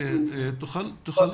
קצת